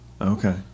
Okay